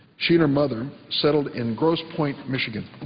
she and her mother settled in gross point, michigan,